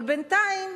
אבל בינתיים,